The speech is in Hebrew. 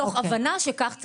מתוך הבנה שכך צריך לעשות.